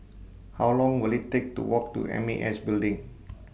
How Long Will IT Take to Walk to M A S Building